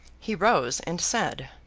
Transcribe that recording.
he rose and said,